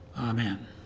amen